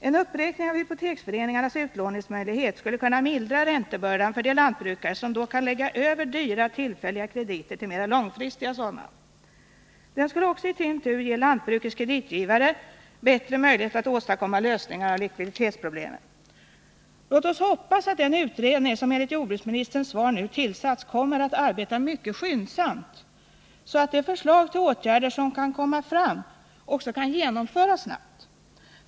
En uppräkning av Nr 88 hypoteksföreningarnas utlåningsmöjlighet skulle kunna mildra räntebördan för de lantbrukare som då kan lägga över dyra tillfälliga krediter till mera långfristiga sådana. Det skulle i sin tur också ge lantbrukets kreditgivare bättre möjligheter att åstadkomma lösningar av likviditetsproblemen. Låt oss hoppas att den utredning som enligt jordbruksministerns svar nu tillsatts kommer att arbeta mycket skyndsamt, så att de förslag till åtgärder som kan komma fram också kan genomföras snabbt.